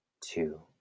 two